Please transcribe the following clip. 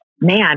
man